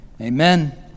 Amen